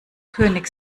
könig